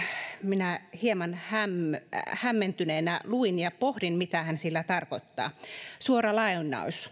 minä hieman hämmentyneenä luin ja pohdin mitä hän sillä tarkoittaa